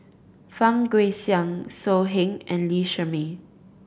Fang Guixiang So Heng and Lee Shermay